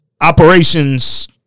operations